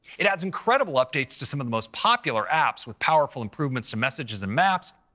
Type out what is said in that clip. it adds incredible updates to some of the most popular apps, with powerful improvements to messages and maps,